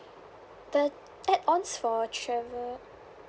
the add ons for travel